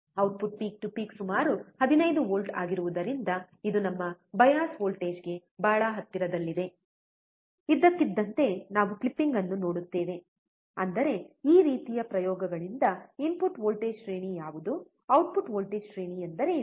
output peak to peak ಸುಮಾರು 15 volt ಆಗಿರುವುದರಿಂದ ಇದು ನಮ್ಮ ಬಯಾಸ್ ವೋಲ್ಟೇಜ್ಗೆ ಬಹಳ ಹತ್ತಿರದಲ್ಲಿದೆ ಇದ್ದಕ್ಕಿದ್ದಂತೆ ನಾವು ಕ್ಲಿಪಿಂಗ್ ಅನ್ನು ನೋಡುತ್ತೇವೆ ಅಂದರೆ ಈ ರೀತಿಯ ಪ್ರಯೋಗಗಳಿಂದ ಇನ್ಪುಟ್ ವೋಲ್ಟೇಜ್ ಶ್ರೇಣಿ ಯಾವುದು ಔಟ್ಪುಟ್ ವೋಲ್ಟೇಜ್ ಶ್ರೇಣಿ ಎಂದರೇನು